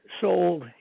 sold